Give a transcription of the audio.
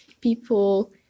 people